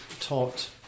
taught